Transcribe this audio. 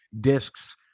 discs